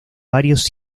varios